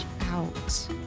out